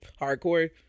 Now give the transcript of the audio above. hardcore